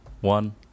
one